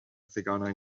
theganau